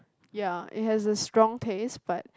ya it has a strong taste but